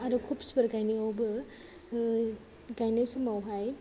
आरो खबिफोर गायनायावबो गायनाय समावहाय